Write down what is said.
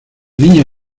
niña